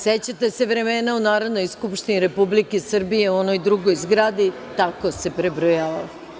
Sećate se vremena u Narodnoj skupštini Republike Srbije u onoj drugoj zgradi, tako se prebrojavalo.